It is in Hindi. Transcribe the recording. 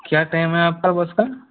क्या टाइम है आपकी बस का